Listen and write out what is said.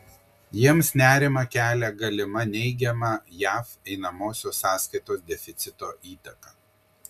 jiems nerimą kelia galima neigiama jav einamosios sąskaitos deficito įtaka